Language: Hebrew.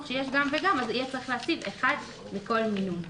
שיש גם וגם אז יהיה צריך להציב אחד מכל מינון.